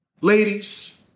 ladies